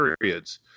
periods